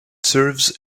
serves